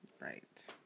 Right